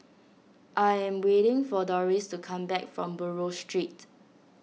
I am waiting for Dorris to come back from Buroh Street